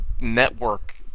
network